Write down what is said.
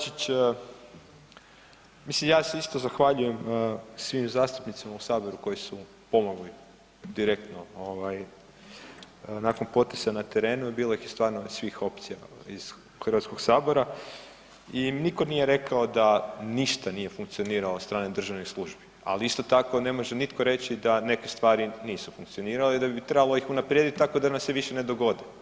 Kolega Bačić, mislim ja se isto zahvaljujem svim zastupnicima u saboru koji su pomogli direktno ovaj nakon potresa na terenu, bilo ih je stvarno iz svih opcija iz Hrvatskog sabora i nitko nije rekao da ništa nije funkcioniralo od strane državnih službi, ali isto tako ne može nitko reći da neke stvari nisu funkcionirale i da bi trebalo ih unaprijediti tako da nam se više ne dogodi.